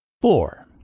four